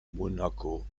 monaco